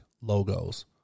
logos